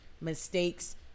mistakes